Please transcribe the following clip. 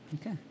okay